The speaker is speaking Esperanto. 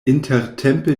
intertempe